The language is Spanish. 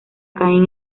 caín